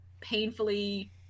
painfully